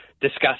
discuss